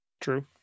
True